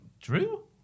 Drew